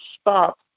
stop